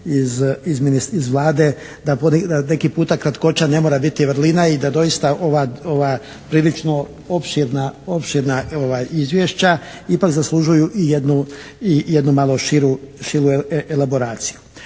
iz Vlade da neki kratkoća ne mora biti vrlina i da doista ova prilično opširna izvješća ipak zaslužuju i jednu malo širu elaboraciju.